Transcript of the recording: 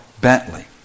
Bentley